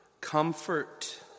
Comfort